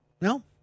No